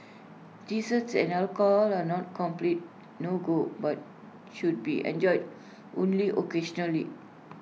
desserts and alcohol are not complete no go but should be enjoyed only occasionally